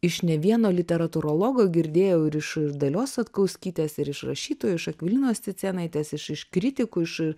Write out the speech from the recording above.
iš ne vieno literatūrologo girdėjau ir iš dalios satkauskytės ir iš rašytojų iš akvilinos cicėnaitės iš iš kritikų iš